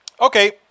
Okay